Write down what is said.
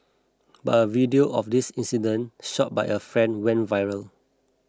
but a video of this incident shot by a friend went viral